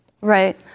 Right